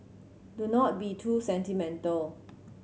do not be too sentimental